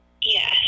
Yes